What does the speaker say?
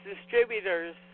distributors